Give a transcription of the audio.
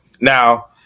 Now